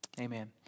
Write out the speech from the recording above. Amen